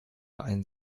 ein